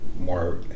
more